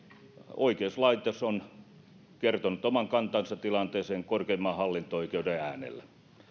oikeuslaitos on kertonut oman kantansa tilanteeseen korkeimman hallinto oikeuden äänellä